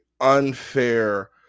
unfair